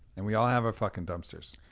and we all have our fucking dumpsters.